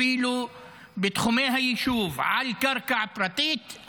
אפילו בתחומי היישוב על קרקע פרטית,